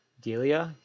D'Elia